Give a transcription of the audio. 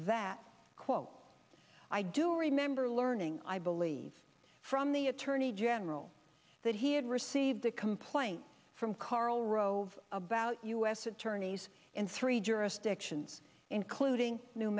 that quote i do remember learning i believe from the attorney general that he had received a complaint from karl rove about u s attorneys in three jurisdictions including new